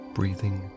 Breathing